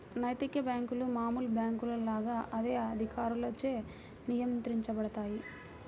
నైతిక బ్యేంకులు మామూలు బ్యేంకుల లాగా అదే అధికారులచే నియంత్రించబడతాయి